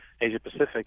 Asia-Pacific